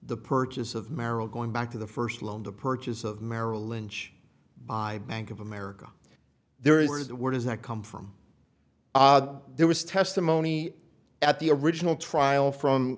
the purchase of merrill going back to the first loan the purchase of merrill lynch by bank of america there is where does that come from there was testimony at the original trial from